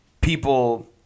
people